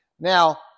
Now